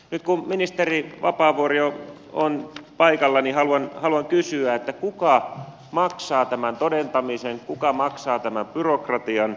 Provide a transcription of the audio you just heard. nyt kun ministeri vapaavuori on paikalla haluan kysyä kuka maksaa tämän todentamisen kuka maksaa tämän byrokratian